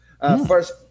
First